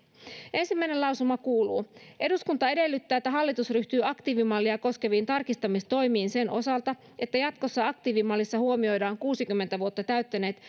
ensimmäinen lausuma kuuluu eduskunta edellyttää että hallitus ryhtyy aktiivimallia koskeviin tarkistamistoimiin sen osalta että jatkossa aktiivimallissa huomioidaan kuusikymmentä vuotta täyttäneet